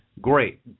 Great